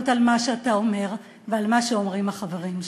על מה שאתה אומר ועל מה שאומרים החברים שלך.